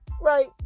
right